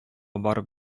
барып